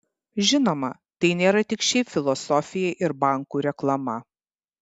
žinoma tai nėra tik šiaip filosofija ir bankų reklama